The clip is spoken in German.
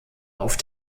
auf